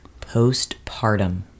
postpartum